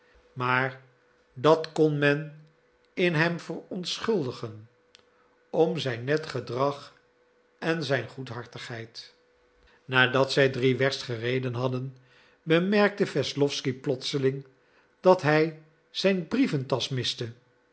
maar dat kon men in hem verontschuldigen om zijn net gedrag en zijn goedhartigheid nadat zij drie werst gereden hadden bemerkte wesslowsky plotseling dat hij zijn brieventasch miste